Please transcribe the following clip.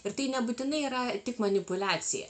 ir tai nebūtinai yra tik manipuliacija